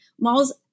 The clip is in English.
malls